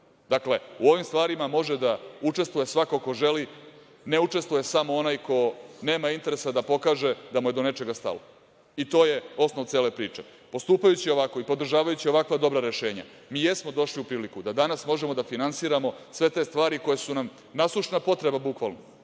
u ovim stvarima može da učestvuje svako ko želi, ne učestvuje samo onaj ko nema interese da pokaže da mu je do nečega stalo. To je osnov cele priče. Postupajući ovako i podržavajući ovakva dobra rešenja mi jesmo došli u priliku da danas možemo da finansiramo sve te stvari koje su nam nasušna potreba, bukvalno,